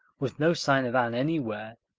with no sign of anne anywhere,